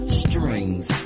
strings